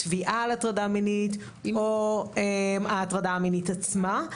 תביעה על הטרדה מינית או ההטרדה המינית עצמה.